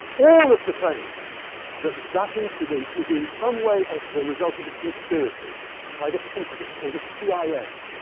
all of the claims that that incident is in some way the result of a conspiracy by the pentagon, or the cia,